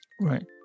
right